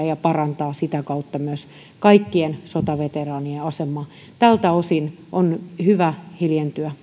ja myös parantaa sitä kautta kaikkien sotaveteraanien asemaa tältä osin on hyvä hiljentyä